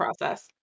process